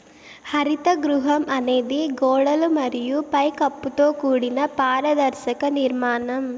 హరిత గృహం అనేది గోడలు మరియు పై కప్పుతో కూడిన పారదర్శక నిర్మాణం